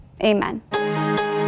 Amen